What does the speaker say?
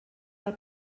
del